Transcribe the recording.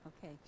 Okay